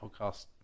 podcast